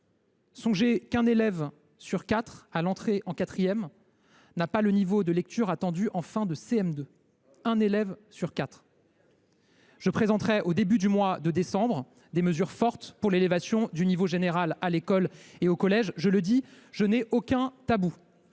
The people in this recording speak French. Songez qu’un élève sur quatre, à l’entrée en quatrième, n’a pas le niveau de lecture attendu en fin de CM2 ! Eh oui ! Je présenterai, au début du mois de décembre, des mesures fortes pour l’élévation du niveau général à l’école et au collège. Je le dis : je n’ai aucun tabou.